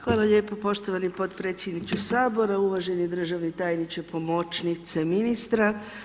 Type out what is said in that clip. Hvala lijepo poštovani potpredsjedniče Sabora, uvaženi državni tajniče, pomoćnice ministra.